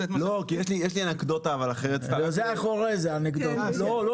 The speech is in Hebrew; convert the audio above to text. אתם יודעים